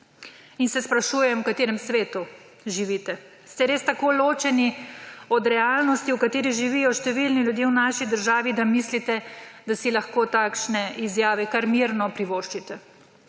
in se sprašujem, v katerem svetu živite. Ali ste res tako ločeni od realnosti, v katerih živijo številni ljudje v naši državi, da mislite, da si lahko takšne izjave, kar mirno privoščite?